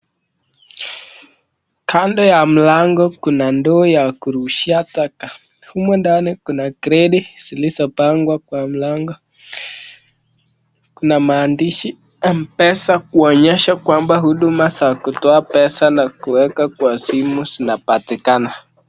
Kando ya mlango kuna ndoo ya kurushia taka. Humo ndani kuna kreti zilizopangwa. Kwa mlango kuna mahandishi mpesa kuonyesha kwamba huduma za kutoa pesa na kueka kwa simu zinapatikana.